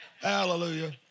hallelujah